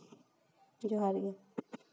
ᱡᱚᱦᱟᱨ ᱜᱮ